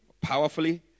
powerfully